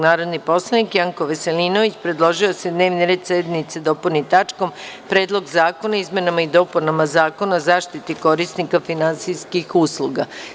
Narodni poslanik Janko Veselinović predložio je da se dnevni red sednice dopuni tačkom – Predlog zakona o izmenama i dopunama Zakona o zaštiti korisnika finansijskih usluga.